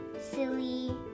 silly